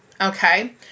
okay